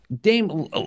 Dame